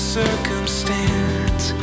circumstance